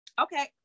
okay